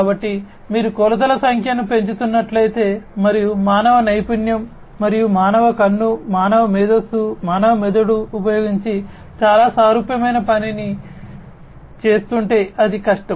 కాబట్టి మీరు కొలతల సంఖ్యను పెంచుతున్నట్లయితే మరియు మానవ నైపుణ్యం మరియు మానవ కన్ను మానవ మేధస్సు మానవ మెదడు ఉపయోగించి చాలా సారూప్యమైన పనిని చేస్తుంటే అది కష్టం